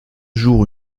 jour